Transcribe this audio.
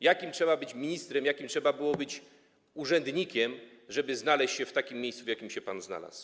Jakim trzeba było być ministrem, jakim trzeba było być urzędnikiem, żeby znaleźć się w takim miejscu, w jakim pan się znalazł?